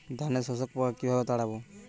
ধানে শোষক পোকা কিভাবে তাড়াব?